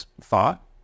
thought